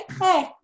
hey